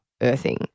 earthing